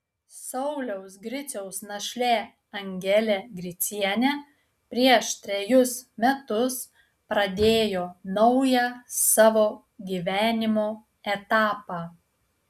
sauliaus griciaus našlė angelė gricienė prieš trejus metus pradėjo naują savo gyvenimo etapą